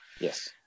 yes